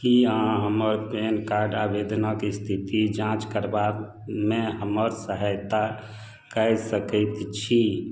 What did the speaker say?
कि अहाँ हमर पैन कार्ड आवेदनके इस्थिति जाँच करबामे हमर सहायता कै सकै छी